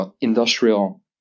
industrial